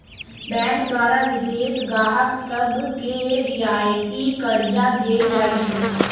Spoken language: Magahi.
बैंक द्वारा विशेष गाहक सभके रियायती करजा देल जाइ छइ